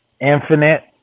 infinite